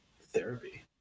therapy